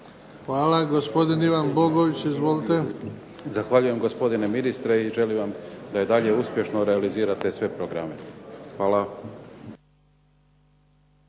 Hvala. Gospodin Ivan Bogović, izvolite. **Bogović, Ivan (HDZ)** Zahvaljujem gospodine ministre i želim vam da i dalje uspješno realizirate sve programe. Hvala.